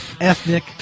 ethnic